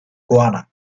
guyana